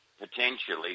potentially